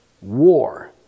War